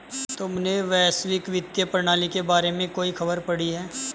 तुमने वैश्विक वित्तीय प्रणाली के बारे में कोई खबर पढ़ी है?